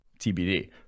TBD